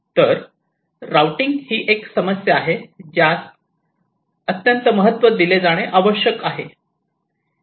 तर राउटिंग ही एक समस्या आहे ज्यास अत्यंत महत्त्व दिले जाणे आवश्यक आहे